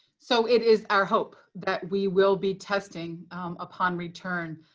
so it is our hope that we will be testing upon return.